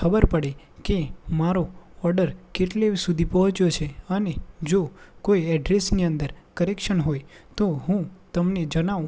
ખબર પડે કે મારો ઓર્ડર કેટલે સુધી પહોંચ્યો છે અને જો કોઈ એડ્રેસની અંદર કરેક્શન હોય તો હું તમને જણાવું